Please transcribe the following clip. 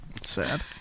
sad